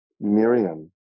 Miriam